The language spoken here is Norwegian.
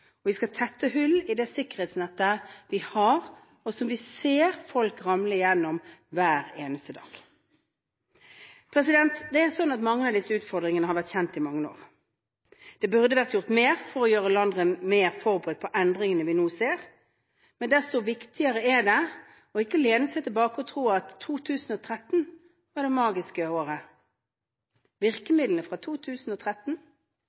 dag. Vi skal tette hull i det sikkerhetsnettet vi har, og som vi ser folk ramle gjennom hver eneste dag. Mange av disse utfordringene har vært kjent i mange år. Det burde vært gjort mer for å gjøre landet mer forberedt på de endringene vi nå ser, men desto viktigere er det ikke å lene seg tilbake og tro at 2013 var det magiske året.